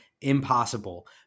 impossible